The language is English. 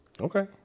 Okay